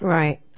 right